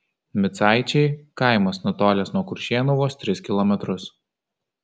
micaičiai kaimas nutolęs nuo kuršėnų vos tris kilometrus